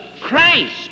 Christ